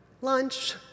lunch